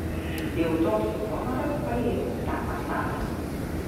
jau toks honoras paėmęs tą asabą